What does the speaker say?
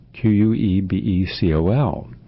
Q-U-E-B-E-C-O-L